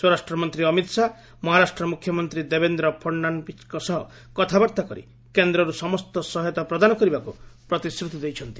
ସ୍ୱରାଷ୍ଟ୍ର ମନ୍ତ୍ରୀ ଅମିତ ଶାହା ମହାରାଷ୍ଟ୍ର ମୁଖ୍ୟମନ୍ତ୍ରୀ ଦେବେନ୍ଦ୍ର ଫଡ଼ନାବିସ୍ଙ୍କ ସହ କଥାବାର୍ତ୍ତା କରି କେନ୍ଦ୍ରରରୁ ସମସ୍ତ ସହାୟତା ପ୍ରଦାନ କରିବାକୁ ପ୍ରତିଶ୍ରୁତି ଦେଇଛନ୍ତି